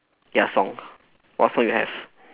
ya song what song you have